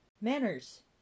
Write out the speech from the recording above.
Manners